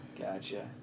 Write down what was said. Gotcha